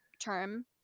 term